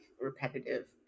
repetitive